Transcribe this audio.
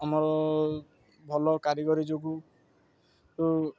ଆମର ଭଲ କାରିଗରୀ ଯୋଗୁଁ